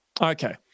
Okay